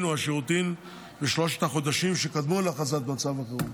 או השירותים בשלושת החודשים שקדמו להכרזה על מצב החירום.